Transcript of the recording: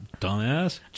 dumbass